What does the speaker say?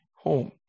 home